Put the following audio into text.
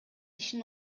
ишин